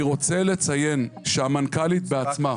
אני רוצה לציין שהמנכ"לית בעצמה.